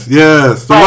yes